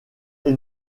est